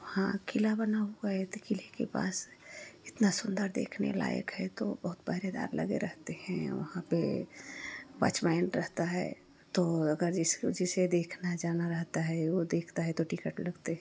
वहाँ किला बना हुआ है तो किले के पास इतना सुंदर देखने लायक है तो बहुत पहरेदार लगे रहेते हैं वहाँ पर वाचमैन रहता है तो अगर जिसको जिसे देखना जाना रहता है वह देखता है तो टिकट लगते हैं